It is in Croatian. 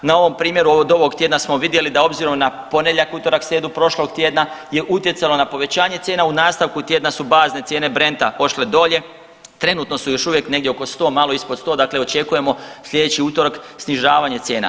Na ovom primjeru od ovog tjedna smo vidjeli da obzirom na ponedjeljak, utorak, srijedu, prošlog tjedna je utjecalo na povećanje cijena, u nastavku tjedna su bazne cijene brenta ošle dolje, trenutno su još uvijek negdje oko 100, malo ispod 100, dakle očekujemo slijedeći utorak snižavanje cijena.